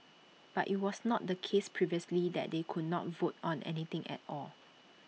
but IT was not the case previously that they could not vote on anything at all